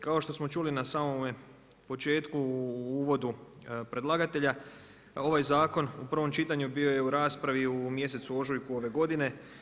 Kao što smo čuli na samome početku u uvodu predlagatelja ovaj zakon u prvom čitanju bio je u raspravi u mjesecu ožujku ove godine.